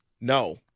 No